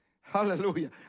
Hallelujah